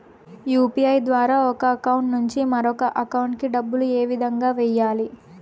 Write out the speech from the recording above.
UPI ద్వారా ఒక account నుంచి మరొక అకౌంట్ కి డబ్బులు ఏ విధంగా వెయ్యాలి